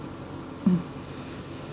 mm